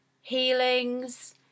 healings